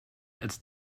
als